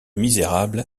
misérable